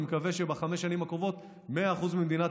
אני מקווה שבחמש השנים הקרובות ב-100% של מדינת